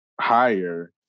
higher